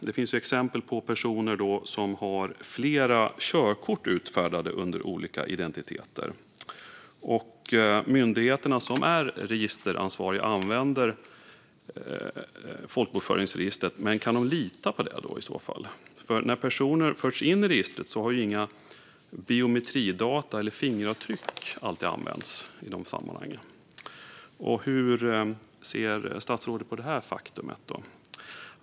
Det finns exempel på personer som har flera körkort utfärdade under olika identiteter. Myndigheter som är registeransvariga använder ju folkbokföringsregistret, men kan de lita på det? När personer förs in i registret används inte alltid biometridata eller fingeravtryck. Hur ser statsrådet på detta faktum?